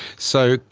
so,